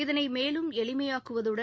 இதனை மேலும் எளிமையாக்குவதுடன்